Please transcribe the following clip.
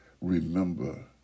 remember